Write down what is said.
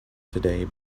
today